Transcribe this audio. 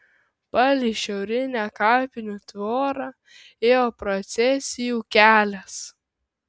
palei šiaurinę kapinių tvorą ėjo procesijų kelias